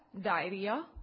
diarrhea